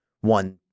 one